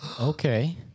Okay